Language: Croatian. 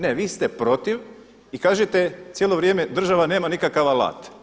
Ne vi ste protiv i kažete cijelo vrijeme država nema nikakav alat.